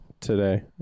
today